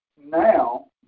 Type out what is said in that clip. now